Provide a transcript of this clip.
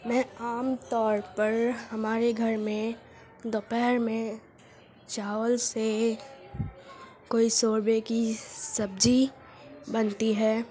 میں عام طور پر ہمارے گھر میں دوپہر میں چاول سے کوئی شوربے کی سبزی بنتی ہے